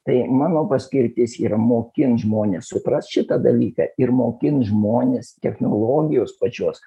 tai mano paskirtis yra mokint žmones suprast šitą dalyką ir mokint žmones technologijos pačios